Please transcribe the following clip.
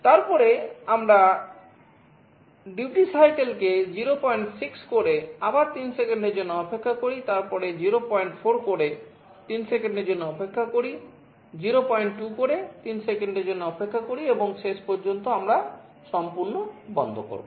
তারপরে আমরা duty cycle কে 06 করে আবার 3 সেকেন্ডের জন্য অপেক্ষা করি তারপরে 04 করে 3 সেকেন্ডের জন্য অপেক্ষা করি 02 করে 3 সেকেন্ডের জন্য অপেক্ষা করি এবং শেষ পর্যন্ত আমরা সম্পূর্ণ বন্ধ করব